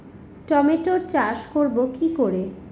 টমেটোর চাষ করব কি করে?